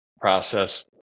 process